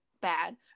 bad